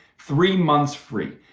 three months free.